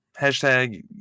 hashtag